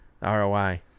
ROI